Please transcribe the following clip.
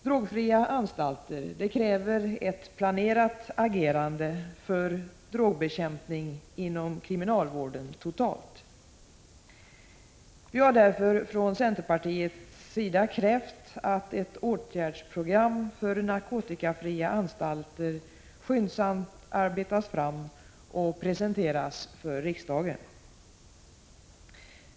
Drogfria anstalter kräver ett planerat agerande för drogbekämpning inom kriminalvården totalt. Vi har därför från centerpartiet krävt att ett åtgärdsprogram för narkotikafria anstalter skyndsamt arbetas fram och presenteras för riksdagen.